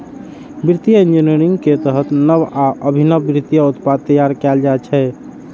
वित्तीय इंजीनियरिंग के तहत नव आ अभिनव वित्तीय उत्पाद तैयार कैल जाइ छै